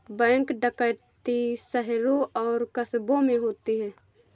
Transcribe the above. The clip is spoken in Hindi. बैंक डकैती शहरों और कस्बों में होती है